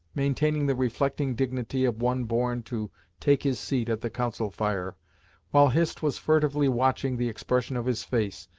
maintaining the reflecting dignity of one born to take his seat at the council-fire, while hist was furtively watching the expression of his face,